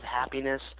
happiness